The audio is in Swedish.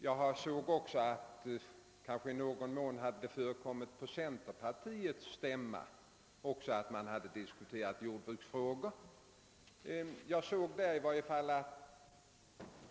Jag har sett att man i någon mån diskuterat jordbruksfrågor även på centerpartiets stämma.